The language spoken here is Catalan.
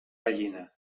gallina